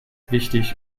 wichtig